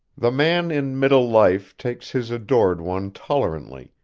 the man in middle life takes his adored one tolerantly,